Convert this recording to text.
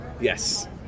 Yes